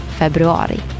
februari